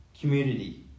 community